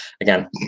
Again